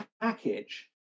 package